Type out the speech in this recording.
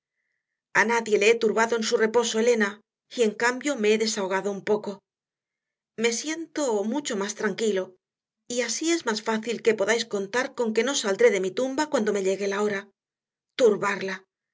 le he turbado en su reposo elena y en cambio me he desahogado un poco me siento mucho más tranquilo y así es más fácil que podáis contar con que no saldré de mi tumba cuando me llegue la hora turbarla